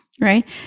right